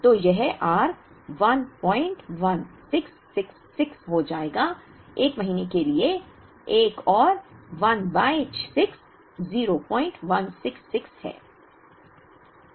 तो यह r 11666 हो जाएगा 1 महीने के लिए 1 और 1 बाय 6 0166 है